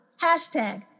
Hashtag